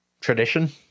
Tradition